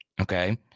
Okay